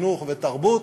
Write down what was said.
חינוך ותרבות,